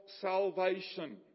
salvation